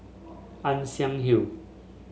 Ann Siang Hill